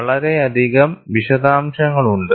വളരെയധികം വിശദാംശങ്ങളുണ്ട്